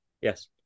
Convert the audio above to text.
Yes